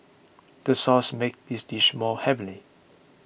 the sauce makes this dish more heavenly